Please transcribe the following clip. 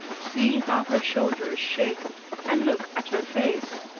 see how her shoulders shake and look at her face!